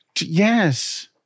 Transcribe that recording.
yes